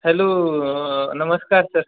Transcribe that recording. hello नमस्कार sir